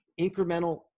incremental